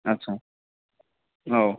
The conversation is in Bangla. আচ্ছা ও